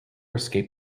escape